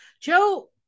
Joe